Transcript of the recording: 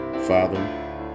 Father